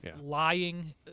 lying